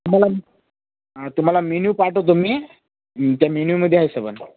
तुम्हाला हां तुम्हाला मेन्यू पाठवतो मी त्या मेन्यूमध्ये आहे सबंध